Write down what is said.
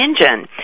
engine